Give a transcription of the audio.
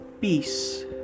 Peace